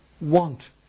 want